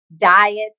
diets